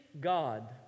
God